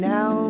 Now